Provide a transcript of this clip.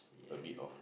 a bit of